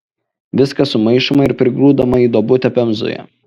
viskas sumaišoma ir prigrūdama į duobutę pemzoje